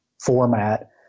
format